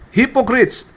hypocrites